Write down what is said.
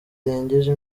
irengeje